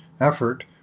effort